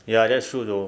ya that's true though